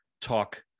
talk